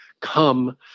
come